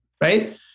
right